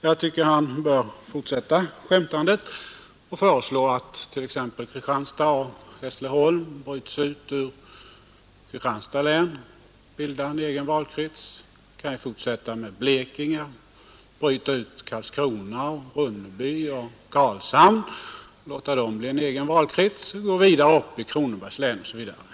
Jag tycker att han bör fortsätta skämtandet och föreslå att t.ex. Kristianstad och Hässleholm bryts ut ur Kristianstads län och får bilda en egen valkrets. Han kan ju fortsätta med Blekinge och bryta ut Karlskrona, Ronneby och Karlshamn och låta dem bli en egen valkrets, gå vidare upp i Kronobergs län osv.